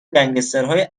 گنسگترهای